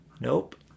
Nope